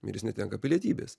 ir jis netenka pilietybės